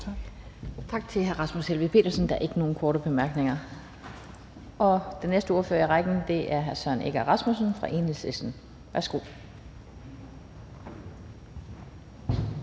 Tak til hr. Rasmus Helveg Petersen. Der er ikke nogen korte bemærkninger. Og den næste ordfører i rækken er hr. Søren Egge Rasmussen fra Enhedslisten. Værsgo,